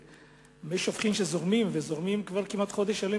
מי שופכין שזורמים כבר כמעט חודש שלם